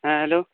ᱦᱮᱸ ᱦᱮᱞᱳ